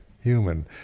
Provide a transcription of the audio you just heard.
human